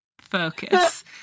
Focus